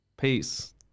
Peace